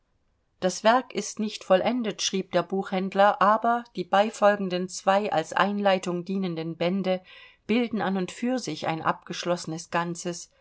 das werk ist nicht vollendet schrieb der buchhändler aber die beifolgenden zwei als einleitung dienenden bände bilden an und für sich ein abgeschlossenes ganzes